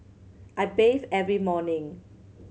I bathe every morning